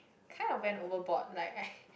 kind of went over board like I